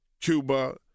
Cuba